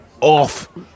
off